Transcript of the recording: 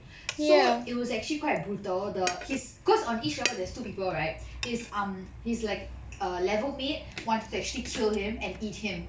so it was actually quite brutal the his cause on each level there's two people right he's um he's like err level mate wanted to actually kill him and eat him